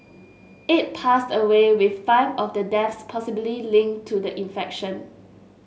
eight passed away with five of the deaths possibly linked to the infection